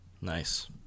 Nice